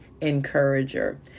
encourager